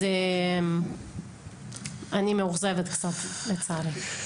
אני מאוכזבת קצת לצערי.